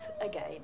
again